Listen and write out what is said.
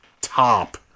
top